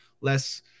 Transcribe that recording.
less